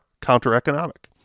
counter-economic